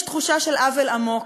יש תחושה של עוול עמוק,